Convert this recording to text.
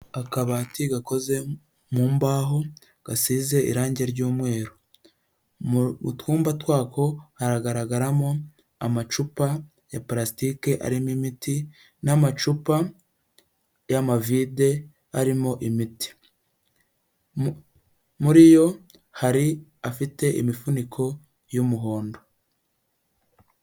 Akabati gakoze mu mbaho, gasize irangi ry'umweru, utwumba twako haragaragaramo amacupa ya palasitike arimo imiti n'amacupa y'amavide arimo imiti, muri yo hari afite imifuniko y'umuhondo.